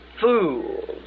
fools